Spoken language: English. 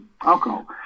alcohol